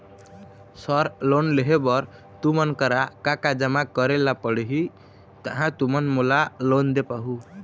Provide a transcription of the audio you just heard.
Sir loan लेहे बर तुमन करा का का जमा करें ला पड़ही तहाँ तुमन मोला लोन दे पाहुं?